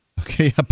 Okay